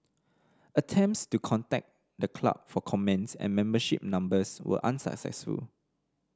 attempts to contact the club for comments and membership numbers were unsuccessful